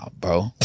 bro